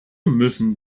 müssen